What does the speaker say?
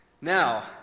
Now